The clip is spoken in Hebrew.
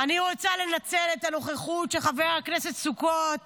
אני רוצה לנצל את הנוכחות של חבר הכנסת סוכות